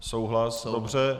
Souhlas, dobře.